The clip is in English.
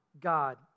God